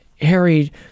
Harry